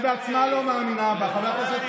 אני חייב לומר כאן דבר אחר שמצער אותי: האופוזיציה,